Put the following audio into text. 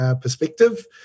perspective